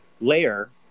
layer